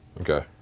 Okay